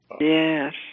Yes